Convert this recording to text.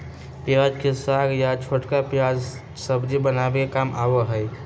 प्याज के साग या छोटका प्याज सब्जी बनावे के काम आवा हई